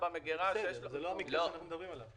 זה לא המקרה עליו אנחנו מדברים.